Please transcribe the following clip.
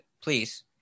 Please